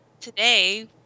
Today